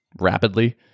rapidly